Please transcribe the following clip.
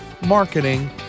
marketing